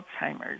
Alzheimer's